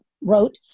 wrote